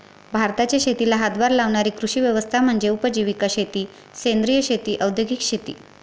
भारताच्या शेतीला हातभार लावणारी कृषी व्यवस्था म्हणजे उपजीविका शेती सेंद्रिय शेती औद्योगिक शेती